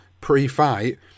pre-fight